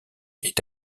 est